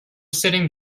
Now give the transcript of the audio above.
sitting